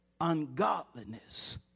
ungodliness